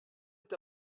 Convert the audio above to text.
est